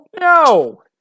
no